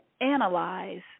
analyze